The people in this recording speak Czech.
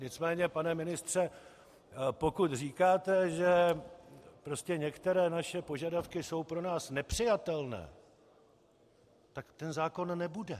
Nicméně, pane ministře, pokud říkáte, že některé naše požadavky jsou pro nás nepřijatelné, tak ten zákon prostě nebude.